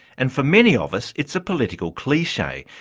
and for many of us it's a political cliche.